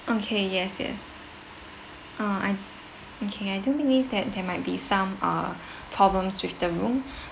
okay yes yes uh I okay I do believe that there might be some uh problems with the room